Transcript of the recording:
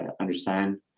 understand